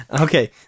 Okay